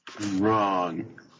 wrong